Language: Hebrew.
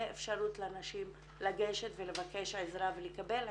אפשרות לנשים לגשת לבקש עזרה ולקבל עזרה.